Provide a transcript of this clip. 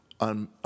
on